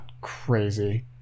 Crazy